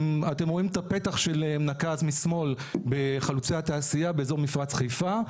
אתם רואים את הפתח של נקז משמאל בחלוצי התעשייה באזור מפרץ חיפה,